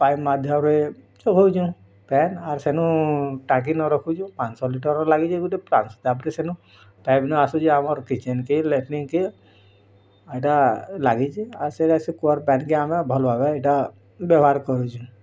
pipe ମାଧ୍ୟମରେ ଚଲଉଁଛୁ ପାନ୍ ଆଉ ସେନୁ ଟାଙ୍କି ନ ରଖୁଛୁ ପାଞ୍ଚ ଲିଟର୍ ଲାଗିଛି ଗୋଟେ ତାପରେ ସେନୁ ଆସୁଛି ଆମର୍ କିଚେନ୍କେ ଲାଟ୍ରିନ୍କେ ଏଇଟା ଲାଗିଛି ଆଉ ସେଇଟା ସେ କୂଅର୍ ପାନ୍କେ ଆମେ ଭଲ୍ଭାବେ ଏଇଟା ବ୍ୟବହାର କରୁଛୁ